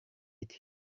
eddie